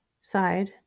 side